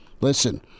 Listen